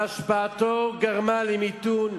והשפעתו גרמה למיתון,